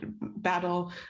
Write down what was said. battle